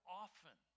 often